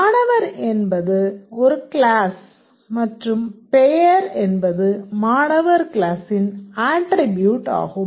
மாணவர் என்பது ஒரு கிளாஸ் மற்றும் பெயர் என்பது மாணவர் க்ளாஸின் ஆட்ரிபூட் ஆகும்